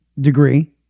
degree